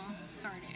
started